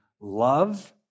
love